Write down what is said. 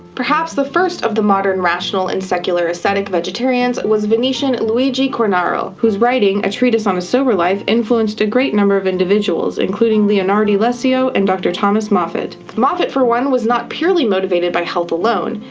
perhaps the first of the modern rational and secular ascetic vegetarians was venitian luigi cornaro whose writing, a treatise on a sober life influenced a great number of individuals including leonardi lessio and dr. thomas moffet. moffet for one was not purely motivated by health alone,